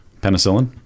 penicillin